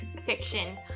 fiction